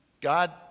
God